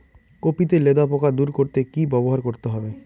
Copy তে লেদা পোকা দূর করতে কি ব্যবহার করতে হবে?